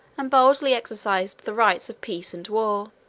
and boldly exercised the rights of peace and war.